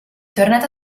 tornata